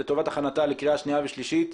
הכנה לקריאה שנייה ושלישית.